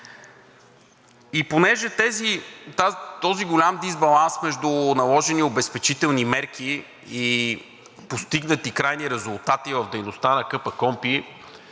И понеже този голям дисбаланс между наложени обезпечителни мерки и постигнати крайни резултати в дейността на КПКОНПИ